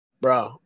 Bro